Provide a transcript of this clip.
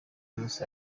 ross